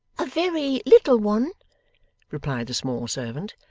a very little one replied the small servant.